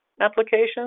applications